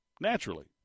naturally